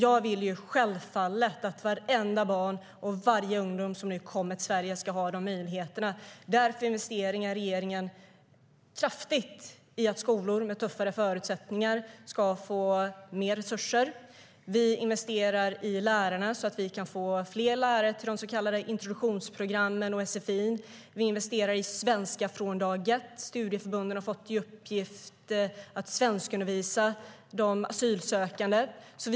Jag vill självfallet att vartenda barn och varenda ungdom som kommer till Sverige ska få samma möjlighet. Därför investerar regeringen kraftigt för att skolor med tuffa förutsättningar ska få mer resurser. Vi investerar i lärarna så att det kan bli fler lärare till de så kallade introduktionsprogrammen och till sfi. Vi investerar i svenska från dag ett. Studieförbunden har fått i uppdrag att undervisa de asylsökande i svenska.